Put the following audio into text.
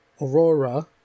Aurora